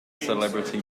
celebrity